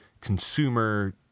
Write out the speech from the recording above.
consumer